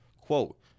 quote